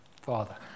Father